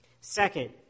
Second